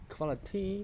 Quality